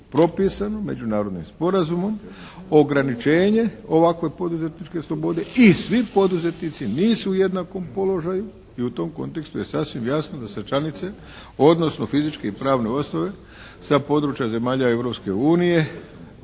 propisano međunarodnim sporazumom ograničenje ovakve poduzetničke slobode i svi poduzetnici nisu u jednakom položaju i u tom kontekstu je sasvim jasno da se članice, odnosno fizičke i pravne osobe sa područja zemalja